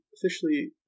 officially